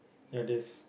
ya this